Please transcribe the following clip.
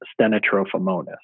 stenotrophomonas